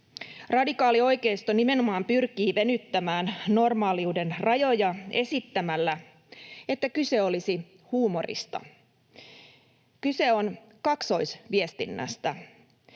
Radikaalioikeisto nimenomaan pyrkii venyttämään normaaliuden rajoja esittämällä, että kyse olisi huumorista. Kyse on kaksoisviestinnästä.